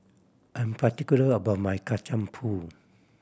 I'm particular about my Kacang Pool